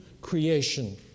creation